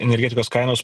energetikos kainos